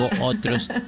otros